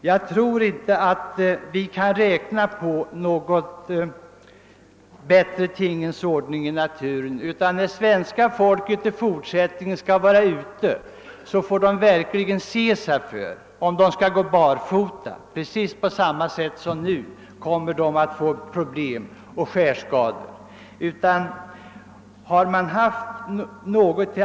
Jag tror inte vi kan räkna med att få någon bättre tingens ordning på det sättet. Om svenska folket i fortsättningen skall vara ute i naturen så gäller det att verkligen se sig för. Skall man gå barfota kommer man att få precis samma problem med skärskador i framtiden som nu.